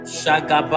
Shaka